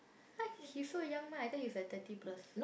!huh! he so young meh I thought he's like thirty plus